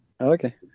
Okay